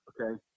okay